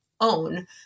own